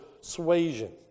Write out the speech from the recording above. persuasion